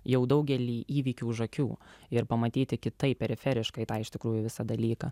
jau daugelį įvykių už akių ir pamatyti kitaip periferiškai tą iš tikrųjų visą dalyką